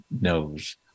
knows